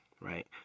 right